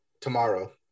tomorrow